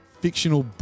fictional